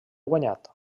guanyat